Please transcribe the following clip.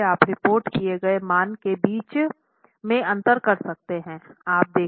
इसलिए आप रिपोर्ट किए गए मान के बीच में अंतर कर सकते हैं